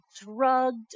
drugged